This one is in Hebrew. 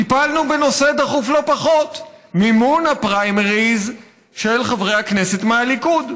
טיפלנו בנושא דחוף לא פחות: מימון הפריימריז של חברי הכנסת מהליכוד.